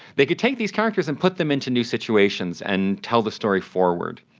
they could take these characters and put them into new situations and tell the story forward.